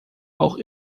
auch